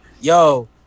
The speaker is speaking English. Yo